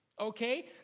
okay